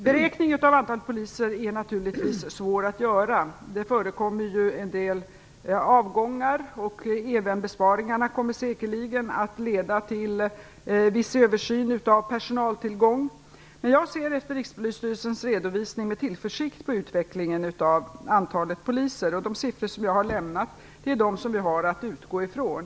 Fru talman! Beräkning av antalet poliser är naturligtvis svår att göra. Det förekommer ju en del avgångar. Även besparingarna kommer säkerligen att leda till en viss översyn av personaltillgången. Efter Rikspolisstyrelsens redovisning ser jag med tillförsikt på utvecklingen av antalet poliser. De siffror som jag har lämnat är de som vi har att utgå ifrån.